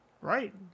right